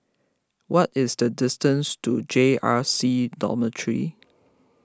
what is the distance to J R C Dormitory